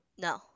No